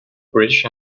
british